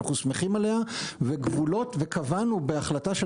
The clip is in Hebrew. אנחנו שמחים עליה וקבענו בהחלטה של